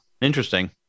interesting